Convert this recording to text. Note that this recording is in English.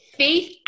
faith